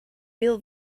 real